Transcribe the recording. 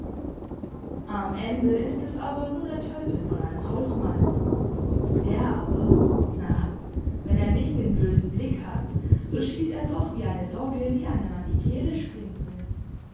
am ende ist es aber nur der tölpel von einem hausmeier der aber na wenn er nicht den bösen blick hat so schielt er doch wie eine dogge die einem an die kehle springen will